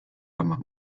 ramas